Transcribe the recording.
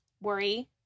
worry